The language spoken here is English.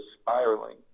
spiraling